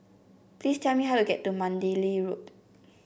please tell me how to get to Mandalay Road